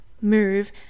move